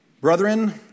Brethren